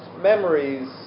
memories